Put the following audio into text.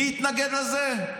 מי התנגד לזה?